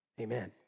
amen